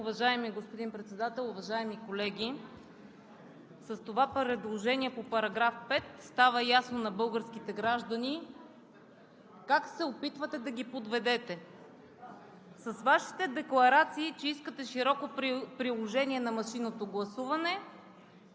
Уважаеми господин Председател, уважаеми колеги! С това предложение по § 5 става ясно на българските граждани как се опитвате да ги подведете с Вашите декларации, че искате широко приложение на машинното гласуване.